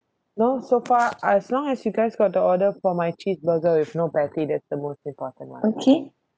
no so far as long as you guys got the order for my cheeseburger with no patty that's the most important [one]